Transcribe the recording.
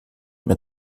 mehr